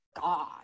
God